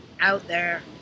Out-there